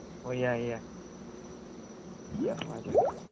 ꯍꯣꯏ ꯌꯥꯏ ꯌꯥꯏ ꯌꯥꯝ ꯅꯨꯡꯉꯥꯏꯖꯔꯦ